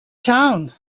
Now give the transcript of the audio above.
town